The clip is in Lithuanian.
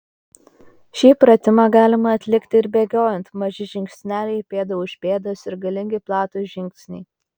šį pratimą galima atlikti ir bėgiojant maži žingsneliai pėda už pėdos ir galingi platūs žingsniai